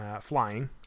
flying